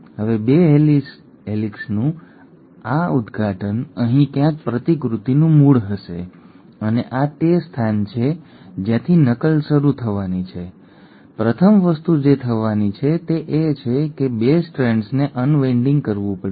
હવે 2 હેલિસનું આ ઉદઘાટન અહીં ક્યાંક પ્રતિકૃતિનું મૂળ હશે અને આ તે સ્થાન છે જ્યાંથી નકલ શરૂ થવાની છે પ્રથમ વસ્તુ જે થવાની છે તે એ છે કે 2 સ્ટ્રેન્ડ્સને અનવિન્ડિંગ કરવું પડશે